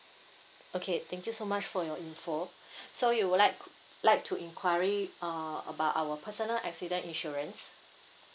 okay thank you so much for your info so you would like like to enquiry uh about our personal accident insurance